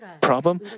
problem